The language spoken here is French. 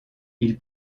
ils